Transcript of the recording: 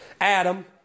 Adam